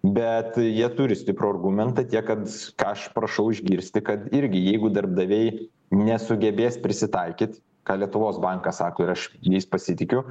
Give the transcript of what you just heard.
bet jie turi stiprų argumentą tiek kad ką aš prašau išgirsti kad irgi jeigu darbdaviai nesugebės prisitaikyt ką lietuvos bankas sako ir aš jais pasitikiu